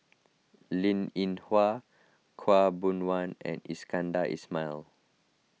Linn in Hua Khaw Boon Wan and Iskandar Ismail